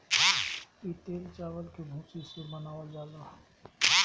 इ तेल चावल के भूसी से बनावल जाला